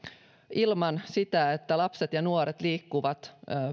ilman sitä että lapset ja nuoret liikkuvat